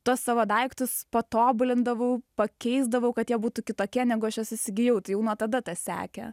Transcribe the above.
tuos savo daiktus patobulindavau pakeisdavau kad jie būtų kitokie negu aš juos įsigijau tai jau nuo tada tas sekė